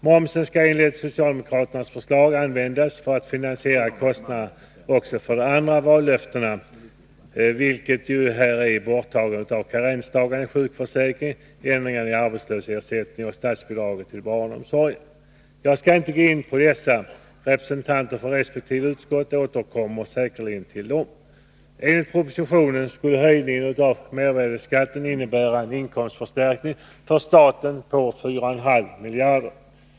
Momsen skall enligt socialdemokraternas förslag användas för att finansiera kostnaderna också för de andra vallöftena, vilka är borttagande av karensdagarna i sjukförsäkringen samt ändringar i arbetslöshetsersättningen och statsbidraget till barnomsorgen. Jag skall inte gå in på dem — representanter för resp. utskott återkommer säkerligen till dessa. Enligt propositionen skulle höjningen av mervärdeskatten innebära en inkomstförstärkning för staten på 4,5 miljarder.